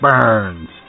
Burns